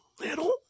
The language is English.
little